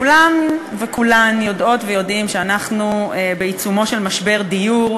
כולם וכולן יודעים ויודעות שאנחנו בעיצומו של משבר דיור,